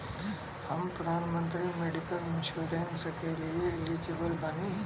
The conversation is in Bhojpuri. हम प्रधानमंत्री मेडिकल इंश्योरेंस के लिए एलिजिबल बानी?